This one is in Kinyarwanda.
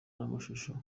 n’amashusho